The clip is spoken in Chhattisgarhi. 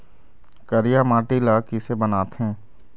करिया माटी ला किसे बनाथे?